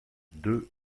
deux